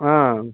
ఆ